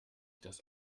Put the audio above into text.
dass